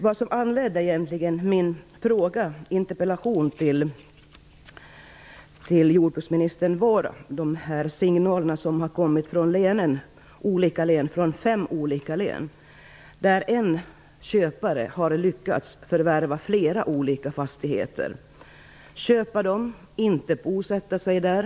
Vad som egentligen föranledde min interpellation till jordbruksministern är de signaler som har kommit från fem olika län om att en köpare lyckats förvärva flera olika fastigheter. Man köper fastigheterna utan att bosätta sig där.